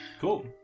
Cool